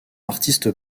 artiste